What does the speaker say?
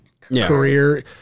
career